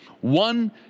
One